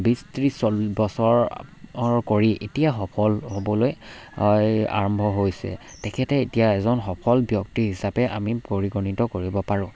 বিছ ত্ৰিছ চল্ল বছৰৰ কৰি এতিয়া সফল হ'বলৈ আৰম্ভ হৈছে তেখেতে এতিয়া এজন সফল ব্যক্তি হিচাপে আমি পৰিগণিত কৰিব পাৰোঁ